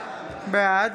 בעד